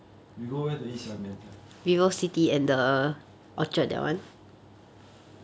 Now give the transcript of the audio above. you go where to eat 虾面 sia